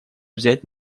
взять